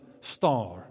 star